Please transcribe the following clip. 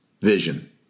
vision